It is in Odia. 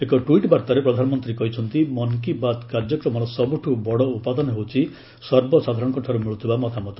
ଏକ ଟ୍ୱିଟ୍ ବାର୍ତ୍ତାରେ ପ୍ରଧାନମନ୍ତ୍ରୀ କହିଛନ୍ତି ମନ୍ କି ବାତ୍ କାର୍ଯ୍ୟକ୍ରମର ସବୁଠୁ ବଡ ଉପାଦାନ ହେଉଛି ସର୍ବସାଧାରଣଙ୍କ ଠାରୁ ମିଳୁଥିବା ମତାମତ